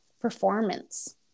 performance